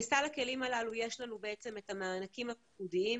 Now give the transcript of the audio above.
בסל הכלים הללו יש לנו בעצם את המענקים הפיקודיים,